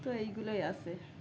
তো এইগুলোই আছে